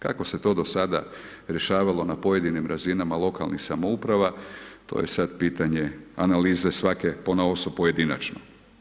Tako se to do sada rješavalo na pojedinim razinama lokalnim samouprava, to je sad pitanje analize svake ponaosob pojedinačno.